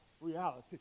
reality